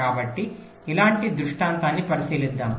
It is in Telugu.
కాబట్టి ఇలాంటి దృష్టాంతాన్ని పరిశీలిద్దాం